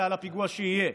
אלא על הפיגוע שיהיה,